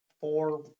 four